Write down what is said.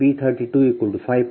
0 B 23 B 32 5